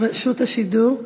ברשות השידור.